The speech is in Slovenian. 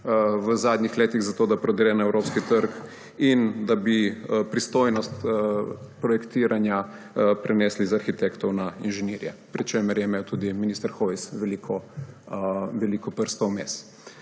v zadnjih letih, da prodre na evropski trg, in da bi pristojnost projektiranja prenesli z arhitektov na inženirje, pri čemer je imel tudi minister Hojs veliko prstov vmes.